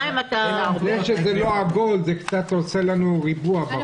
אם הוא עגול, זה קצת עושה לנו ריבוע בראש.